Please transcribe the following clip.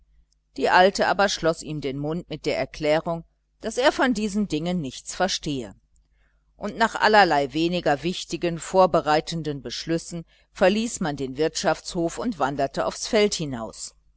die alte aber schloß ihm den mund mit der erklärung daß er von diesen dingen nichts verstehe und nach allerlei weniger wichtigen vorbereitenden beschlüssen verließ man den wirtschaftshof und wanderte aufs feld hinaus